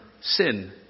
sin